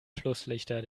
schlusslichter